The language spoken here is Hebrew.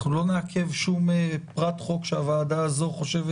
אנחנו לא נעכב שום פרט חוק שהוועדה הזו חושבת